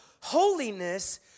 holiness